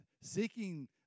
seeking